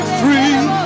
free